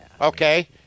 Okay